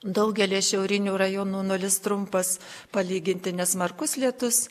daugelyje šiaurinių rajonų nulis trumpas palyginti nesmarkus lietus